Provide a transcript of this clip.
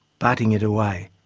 butting it away.